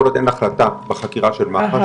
כל עוד אין החלטה בחקירה של מח"ש,